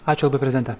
ačiū labai prezidente